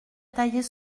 tailler